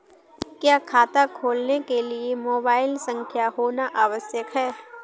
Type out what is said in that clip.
क्या खाता खोलने के लिए मोबाइल संख्या होना आवश्यक है?